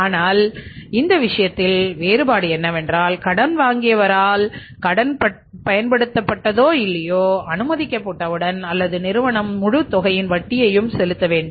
ஆனால் அந்த விஷயத்தில் வேறுபாடு என்னவென்றால் கடன் வாங்கியவரால் கடன் பயன்படுத்தப் பட்டதோ இல்லையோ அனுமதிக்கப்பட்டவுடன் அவர் அல்லது நிறுவனம் முழுத் தொகையின் வட்டியையும் செலுத்த வேண்டும்